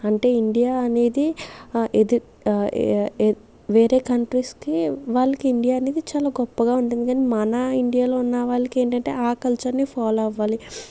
అంటే ఇండియా అనేది ఎదు వేరే కంట్రీస్కి వాళ్ళకి ఇండియా అనేది చాలా గొప్పగా ఉంటుంది గని మన ఇండియాలో ఉన్న వాళ్ళకి ఏంటంటే ఆ కల్చర్నే ఫాలో అవ్వాలి